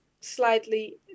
slightly